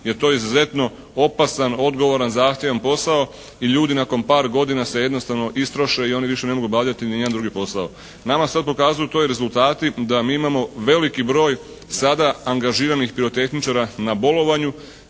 jer to je izuzetno opasan, odgovoran, zahtjevan posao i ljudi nakon par godina se jednostavno istroše i oni više ne mogu obavljati ni jedan drugi posao. Nama sada pokazuju to i rezultati da mi imamo veliki broj sada angažiranih pirotehničara na bolovanju